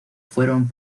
fueron